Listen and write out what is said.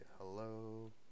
hello